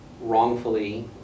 wrongfully